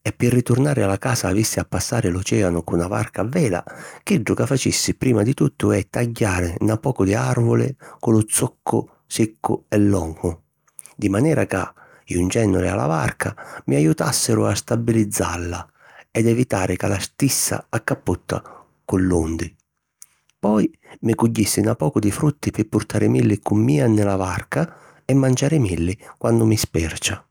e pi riturnari a la casa avissi a passari l’ocèanu cu na varca a vela, chiddu ca facissi prima di tuttu è tagghiari na pocu di àrvuli cu lu zuccu siccu e longu, di manera ca, iuncènnuli a la varca, mi ajutàssiru a stabilizalla ed evitari ca la stissa accappotta cu l'undi. Poi mi cugghissi na pocu di frutti pi purtarimilli cu mia nni la varca e manciarimilli quannu mi spercia.